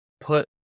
put